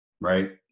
right